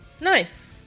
Nice